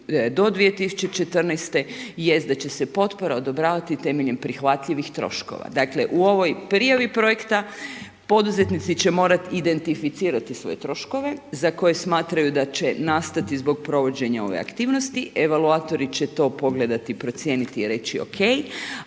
do 2014. jest da će se potpora odobravati temeljem prihvatljivih troškova. Dakle, u ovoj prijavi projekta, poduzetnici će morati identificirati svoje troškove, za koje smatraju da će nastati zbog provođenje ove aktivnosti, evakuatori će to pogledati, procijeniti i reći ok,